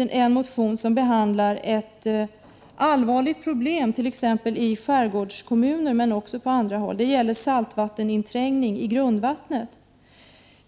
där en motion, som tar upp ett allvarligt problem i skärgårdskommuner men också på andra håll. Det gäller saltvatteninträngning i grundvattnet.